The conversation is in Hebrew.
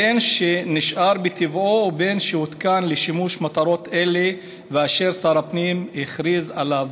בין שנשאר בטבעו ובין שהותקן לשמש מטרות אלה ואשר שר הפנים הכריז עליו",